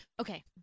Okay